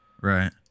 Right